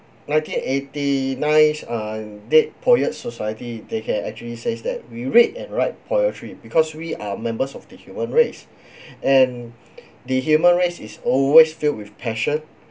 nineteen eighty nine uh dead poets society they can actually says that we read and write poetry because we are members of the human race and the human race is always filled with passion